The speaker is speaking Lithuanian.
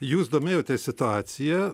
jūs domėjotės situacija